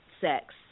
sex